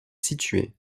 situé